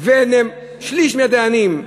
שליש מהדיינים,